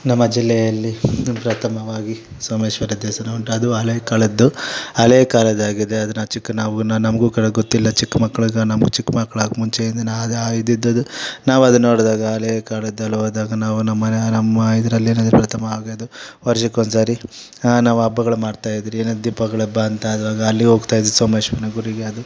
ನಮ್ಮ ಜಿಲ್ಲೆಯಲ್ಲಿ ಪ್ರಥಮವಾಗಿ ಸೋಮೇಶ್ವರ ದೇವಸ್ಥಾನ ಉಂಟು ಅದು ಹಲೆಕಾಳದ್ದು ಹಳೆಕಾಲದ್ದಾಗಿದೆ ಅದನ್ನು ಚಿಕ್ಕ ನಾವು ನಮಗು ಕ ಗೊತ್ತಿಲ್ಲ ಚಿಕ್ಕ ಮಕ್ಳಿಗೆ ನಮಗು ಚಿಕ್ಕ ಮಕ್ಳು ಆಗಕೆ ಮುಂಚೆಯಿಂದ ನಾ ಅದು ಆ ಇದಿದ್ದದ್ದು ನಾವು ಅದನ್ನು ನೋಡಿದಾಗ ಹಲೆಕಾಲದ್ ಅಲ್ಲಿ ಹೋದಾಗ ನಾವು ನಮ್ಮನ್ನು ನಮ್ಮ ಇದರಲ್ಲಿ ಏನಂದ್ರೆ ಪ್ರಥಮ ಹಾಗೆ ಅದು ವರ್ಷಕ್ಕೆ ಒಂದು ಸಾರಿ ನಾವು ಹಬ್ಬಗಳ್ ಮಾಡ್ತಾ ಇದ್ವಿ ಏನು ದೀಪಗಳ ಹಬ್ಬ ಅಂತ ಆವಾಗ ಅಲ್ಲಿ ಹೋಗ್ತಾ ಇದ್ವಿ ಸೋಮೇಶ್ವರನ ಗುಡಿಗೆ ಅದು